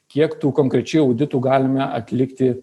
kiek tų konkrečiai auditų galime atlikti